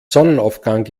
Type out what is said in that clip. sonnenaufgang